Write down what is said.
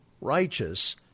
righteous